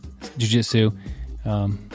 Jujitsu